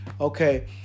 okay